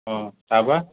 অঁ তাৰপৰা